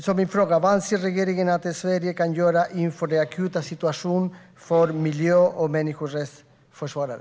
Min fråga är: Vad anser regeringen att Sverige kan göra inför den akuta situationen för miljö och människorättsförsvarare?